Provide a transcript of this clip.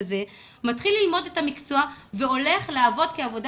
מתחילים ללמוד את המקצוע והולכים לעבוד עבודה